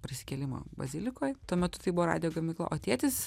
prisikėlimo bazilikoj tuo metu tai buvo radijo gamykla o tėtis